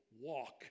walk